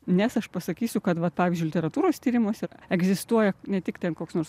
nes aš pasakysiu kad vat pavyzdžiui literatūros tyrimuose egzistuoja ne tik ten koks nors